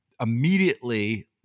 immediately